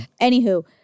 Anywho